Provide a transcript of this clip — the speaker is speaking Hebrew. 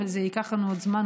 אבל זה ייקח לנו עוד זמן,